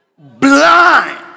blind